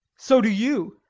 so do you.